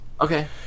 Okay